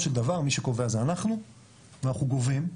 של דבר מי שקובע זה אנחנו ואנחנו גובים,